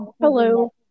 hello